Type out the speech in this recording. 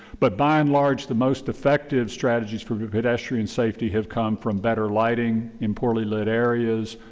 but by and large, the most effective strategies for pedestrian safety have come from better lighting in poorly lit areas,